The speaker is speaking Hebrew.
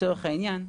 לצורך העניין,